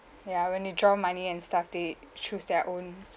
ya when you draw money and stuff they choose their own